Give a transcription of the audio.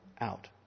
out